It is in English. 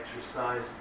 exercise